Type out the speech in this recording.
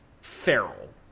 feral